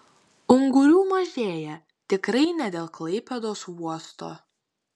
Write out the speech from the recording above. ungurių mažėja tikrai ne dėl klaipėdos uosto